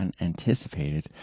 unanticipated